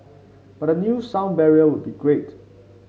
but a new sound barrier would be great